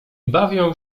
bawią